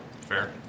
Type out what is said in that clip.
Fair